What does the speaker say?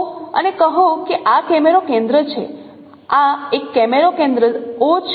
તો અને કહો કે આ કેમેરો કેન્દ્ર છે આ એક કેમેરો કેન્દ્ર O છે